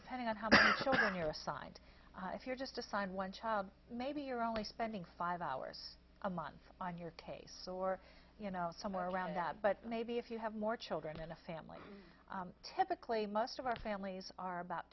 depending on how the children you're assigned if you're just assigned one child maybe you're only spending five hours a month on your tastes or you know somewhere around but maybe if you have more children in a family typically most of our families are about